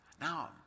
Now